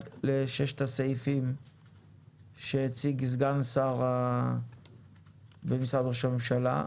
לששת הסעיפים שהציג סגן שר במשרד ראש הממשלה,